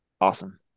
awesome